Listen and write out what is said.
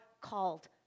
called